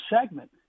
segment